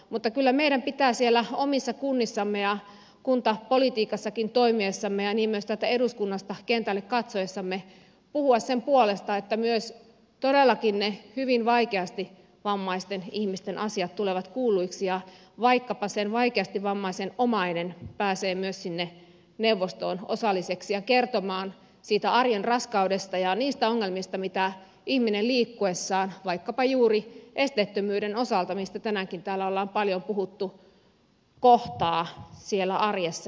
mutta kyllä meidän pitää siellä omissa kunnissamme ja kuntapolitiikassakin toimiessamme ja myös täältä eduskunnasta kentälle katsoessamme puhua sen puolesta että myös todellakin ne hyvin vaikeasti vammaisten ihmisten asiat tulevat kuulluiksi ja vaikkapa sen vaikeasti vammaisen omainen pääsee myös neuvostoon osalliseksi ja kertomaan siitä arjen raskaudesta ja niistä ongelmista mitä ihminen liikkuessaan vaikkapa juuri esteettömyyden osalta mistä tänäänkin täällä ollaan paljon puhuttu kohtaa siellä arjessa